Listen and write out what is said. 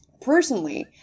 personally